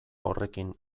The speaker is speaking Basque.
horrekin